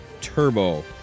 Turbo